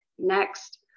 next